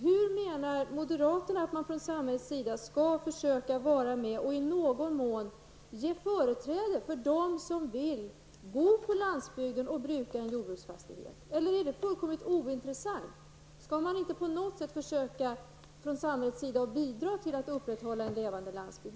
Hur menar moderaterna att man från samhällets sida skall försöka vara med och i någon mån ge företräde för dem som vill bo på landsbygden och bruka en jordbruksfastighet, eller är det fullkomligt ointressant? Skall man från samhällets sida inte på något sätt försöka bidra till att upprätthålla en levande landsbygd.